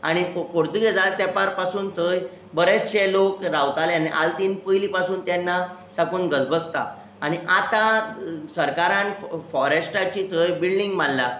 आनी पोर्तुगेजां तेंपार पसून थंय बरेचशे लोक रावताले आनी आल्तीन पयलीं पासून तेन्ना लोक गजबजता आनी आतां सरकारान फोरेस्टाची थंय बिल्डींग बांदल्या